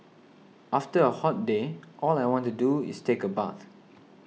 after a hot day all I want to do is take a bath